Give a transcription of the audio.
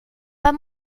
pas